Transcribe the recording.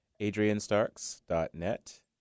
Adrianstarks.net